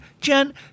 Jen